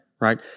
Right